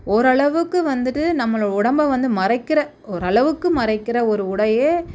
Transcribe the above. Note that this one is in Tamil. ஓரளவுக்கு வந்துட்டு நம்மளை உடம்பை வந்து மறைக்கிற ஓரளவுக்கு மறைக்கிற ஒரு உடையை